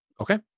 okay